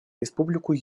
республику